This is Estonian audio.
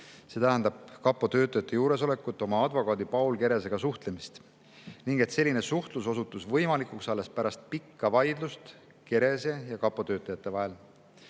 st KaPo töötajate juuresolekuta oma advokaadi Paul Keresega suhtlemist ning et selline suhtlus osutus võimalikuks alles pärast pikka vaidlust Kerese ja KaPo töötajate vahel?